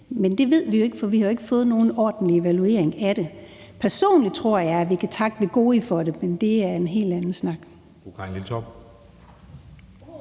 men det ved vi jo ikke, for vi har ikke fået nogen ordentlig evaluering af det. Personligt tror jeg, vi kan takke Wegovy for det, men det er helt anden snak.